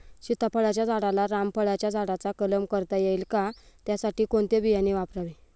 सीताफळाच्या झाडाला रामफळाच्या झाडाचा कलम करता येईल का, त्यासाठी कोणते बियाणे वापरावे?